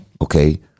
Okay